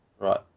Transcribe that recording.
Right